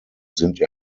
sind